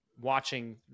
watching